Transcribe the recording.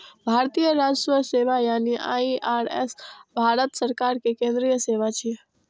भारतीय राजस्व सेवा यानी आई.आर.एस भारत सरकार के केंद्रीय सेवा छियै